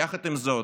יחד עם זאת,